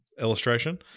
illustration